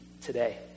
today